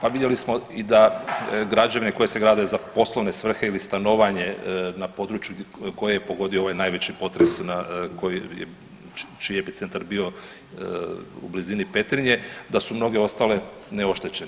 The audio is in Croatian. A vidjeli smo i da građevine koje se grade za poslovne svrhe ili stanovanje na području koje je pogodio ovaj najveći potres na, koji, čiji je epicentar bio u blizini Petrinje da su mnoge ostale neoštećene.